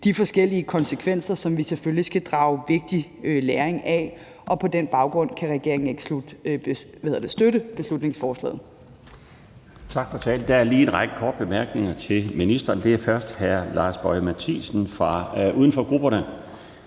de forskellige konsekvenser, som vi selvfølgelig skal drage vigtig læring af. Og på den baggrund kan regeringen ikke støtte beslutningsforslaget.